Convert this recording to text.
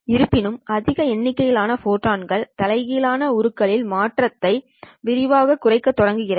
இருப்பினும் அதிக எண்ணிக்கையிலான ஃபோட்டான்கள் தலைகீழான உருக்கலின் மாற்றத்தை விரைவாகக் குறைக்கத் தொடங்குகிறது